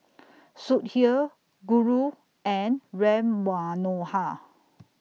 Sudhir Guru and Ram Manohar